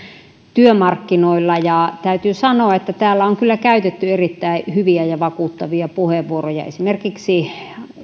työmarkkinoilla ja täytyy sanoa että täällä on kyllä käytetty erittäin hyviä ja vakuuttavia puheenvuoroja esimerkiksi